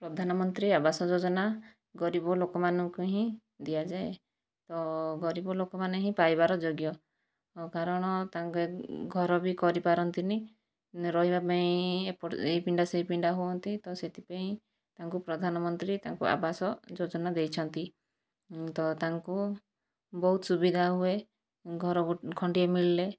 ପ୍ରଧାନମନ୍ତ୍ରୀ ଆବାସ ଯୋଜନା ଗରିବ ଲୋକମାନଙ୍କୁ ହିଁ ଦିଆଯାଏ ତ ଗରିବ ଲୋକମାନେ ହିଁ ପାଇବାର ଯୋଗ୍ୟ କାରଣ ତାଙ୍କେ ଘର ବି କରିପାରନ୍ତିନାହିଁ ରହିବା ପାଇଁ ଏପଟ ଏହି ପିଣ୍ଡା ସେହି ପିଣ୍ଡା ହୁଅନ୍ତି ତ ସେଥିପାଇଁ ତାଙ୍କୁ ପ୍ରଧାନମନ୍ତ୍ରୀ ତାଙ୍କୁ ଆବାସ ଯୋଜନା ଦେଇଛନ୍ତି ତ ତାଙ୍କୁ ବହୁତ ସୁବିଧା ହୁଏ ଘର ଖଣ୍ଡିଏ ମିଳିଲେ